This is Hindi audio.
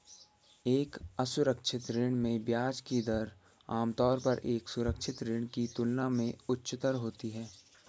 एक असुरक्षित ऋण में ब्याज की दर आमतौर पर एक सुरक्षित ऋण की तुलना में उच्चतर होती है?